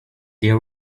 there